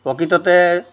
প্ৰকৃততে